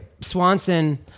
Swanson